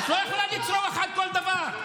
את לא יכולה לצרוח על כל דבר.